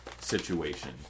situation